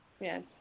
Yes